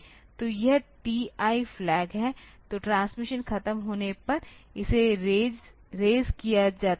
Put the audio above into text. तो यह TI flag है तो ट्रांसमिशन खत्म होने पर इसे रेज किया जाता है